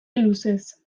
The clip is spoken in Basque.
luzez